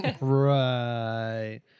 Right